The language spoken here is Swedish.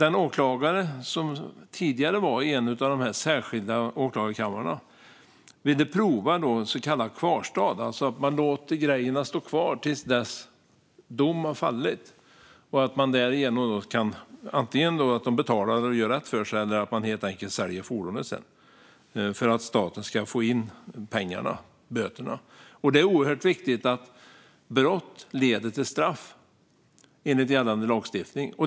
En åklagare som tidigare var vid Särskilda åklagarkammaren ville prova så kallad kvarstad, det vill säga att man låter grejerna stå kvar till dess att dom har fallit. Därigenom kan de betala och göra rätt för sig. Annars säljs helt enkelt fordonet för att staten ska få in böterna. Det är oerhört viktigt att begångna brott leder till straff enligt gällande lagstiftning.